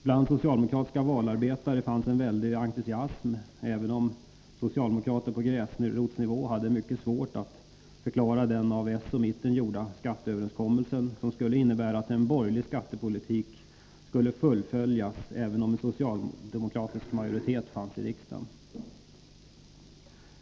Bland socialdemokratiska valarbetare fanns en väldig entusiasm, även om socialdemokrater på gräsrotsnivå hade mycket svårt att förklara den av socialdemokraterna och mittenpartierna gjorda skatteöverenskommelsen, som innebar att en borgerlig skattepolitik skulle fullföljas, även om en socialdemokratisk majoritet fanns i riksdagen.